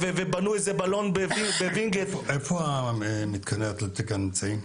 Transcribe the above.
בנו איזה בלון בווינגייט --- איפה מתקני האתלטיקה נמצאים?